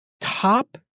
Top